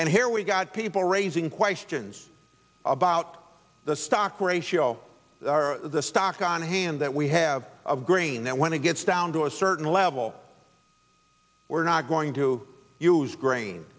and here we've got people raising questions about the stock ratio the stock on hand that we have of grain that when it gets down to a certain level we're not going to to use grain